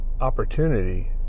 opportunity